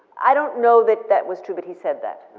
i don't know that that was true that he said that.